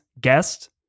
guest